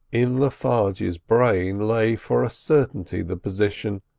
in le farge's brain lay for a certainty the position,